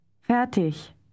Fertig